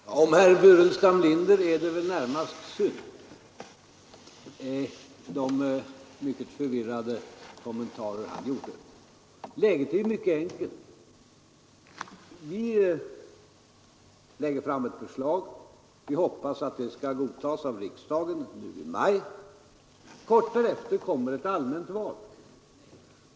Herr talman! Om herr Burenstam Linder är det väl närmast synd på grund av de mycket förvirrade kommentarer han gjorde. Läget är mycket enkelt. Vi lägger fram ett förslag. Vi hoppas att det skall godtas av riksdagen nu i maj. Kort därefter kommer ett allmänt val.